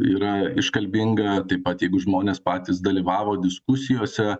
yra iškalbinga taip pat jeigu žmonės patys dalyvavo diskusijose